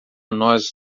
nós